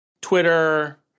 Twitter